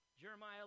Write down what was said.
jeremiah